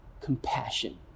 compassion